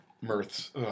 Mirth's